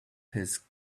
his